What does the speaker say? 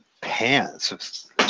pants